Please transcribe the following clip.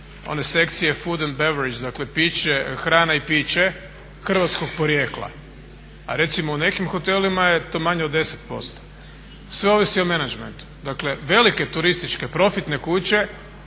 one sekcije food and beverage, dakle hrana i piće hrvatskog porijekla. A recimo u nekim hotelima je to manje od 10%. Sve ovisi o menadžmentu. Dakle, velike turističke profitne kuće